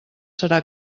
serà